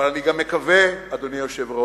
אבל אני גם מקווה, אדוני היושב-ראש,